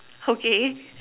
okay